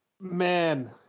Man